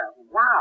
Wow